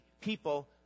people